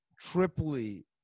triply